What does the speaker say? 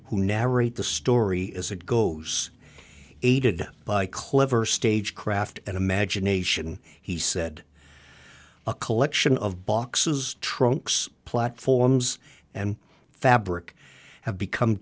who narrate the story as it goes aided by clever stage craft and imagination he said a collection of boxes trunks platforms and fabric have become